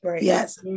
yes